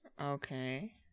Okay